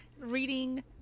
reading